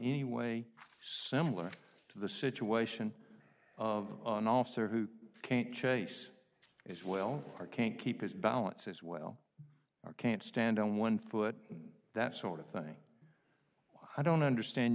any way similar to the situation of an officer who can't chase as well or can't keep his balance as well or can't stand on one foot that sort of thing i don't understand